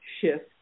shift